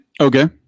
Okay